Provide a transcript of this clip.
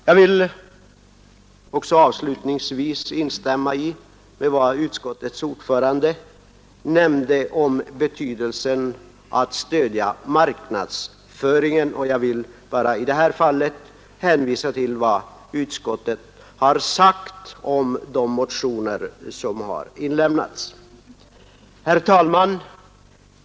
Jag vill avslutningsvis instämma i vad utskottets ordförande nämnde om betydelsen av att stödja marknadsföringen, och jag hänvisar i det fallet till vad utskottet har sagt om de motioner som har inlämnats. Herr talman!